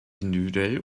individuell